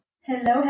hello